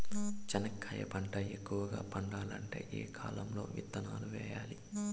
చెనక్కాయ పంట ఎక్కువగా పండాలంటే ఏ కాలము లో విత్తనాలు వేయాలి?